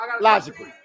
Logically